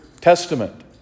Testament